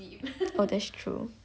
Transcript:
oh that's true